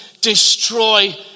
destroy